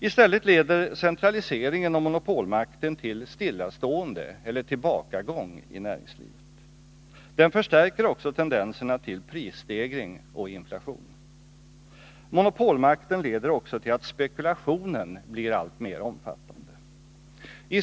I stället leder centraliseringen och monopolmakten till stillastående eller tillbakagång i näringslivet. Den förstärker också tendenserna till prisstegring och inflation. Monopolmakten leder också till att spekulationen blir alltmer omfattande.